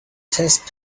test